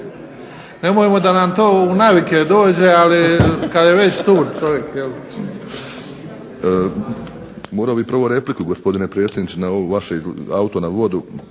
Nemojmo da nam to u navike dođe. Ali kad je već tu čovjek.